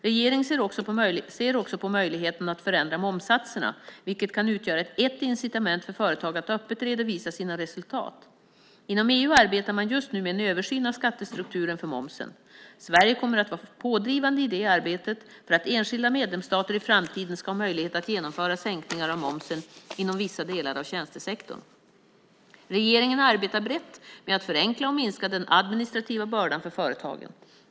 Regeringen ser också på möjligheten att förändra momssatserna, vilket kan utgöra ett incitament för företag att öppet redovisa sina resultat. Inom EU arbetar man just nu med en översyn av skattestrukturen för momsen. Sverige kommer att vara pådrivande i det arbetet för att enskilda medlemsstater i framtiden ska ha möjlighet att genomföra sänkningar av momsen inom vissa delar av tjänstesektorn. Regeringen arbetar brett med att förenkla och minska den administrativa bördan för företagen.